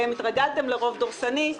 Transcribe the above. פשוט התרגלתם לרוב דורסני.